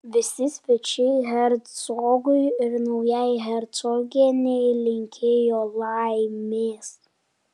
visi svečiai hercogui ir naujajai hercogienei linkėjo laimės